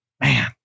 man